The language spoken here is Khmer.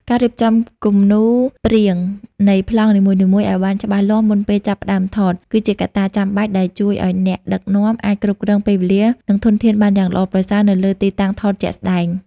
ការរៀបចំគំនូរព្រាងនៃប្លង់នីមួយៗឱ្យបានច្បាស់លាស់មុនពេលចាប់ផ្ដើមថត គឺជាកត្តាចាំបាច់ដែលជួយឱ្យអ្នកដឹកនាំអាចគ្រប់គ្រងពេលវេលា និងធនធានបានយ៉ាងល្អប្រសើរនៅលើទីតាំងថតជាក់ស្ដែង។